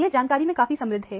यह जानकारी में काफी समृद्ध है